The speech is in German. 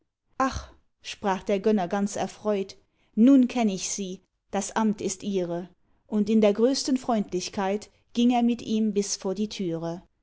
ach sprach der gönner ganz erfreut nun kenn ich sie das amt ist ihre und in der größten freundlichkeit ging er mit ihm bis vor die türe